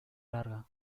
larga